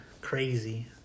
Crazy